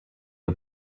you